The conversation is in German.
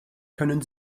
können